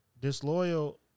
disloyal